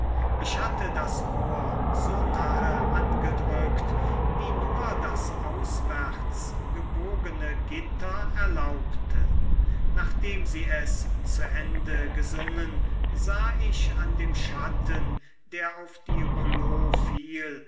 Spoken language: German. ich hatte das ohr so nahe angedrückt wie nur das auswärts gebogene gitter erlaubte nachdem sie es zu ende gesungen sah ich an dem schatten der auf die rouleaux fiel